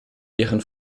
deren